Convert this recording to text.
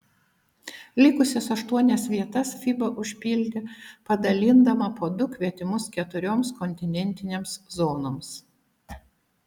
likusias aštuonias vietas fiba užpildė padalindama po du kvietimus keturioms kontinentinėms zonoms